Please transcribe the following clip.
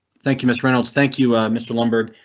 thank you, miss reynolds. thank you mr lumbergh.